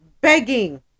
begging